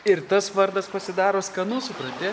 ir tas vardas pasidaro skanu supranti